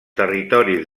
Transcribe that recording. territoris